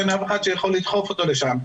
אין אף אחד שיכול לדחוף אותו לשם.